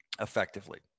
effectively